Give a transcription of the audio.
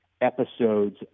episodes